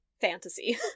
fantasy